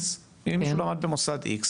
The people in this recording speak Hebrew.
אם מישהו למד במוסד X,